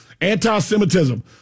Anti-Semitism